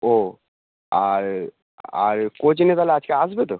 ও আর আর কোচিঙে তাহলে আজকে আসবে তো